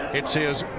it is his